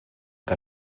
que